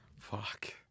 Fuck